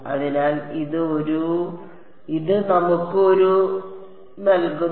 അതിനാൽ ഇത് നമുക്ക് ഒരു നൽകുന്നു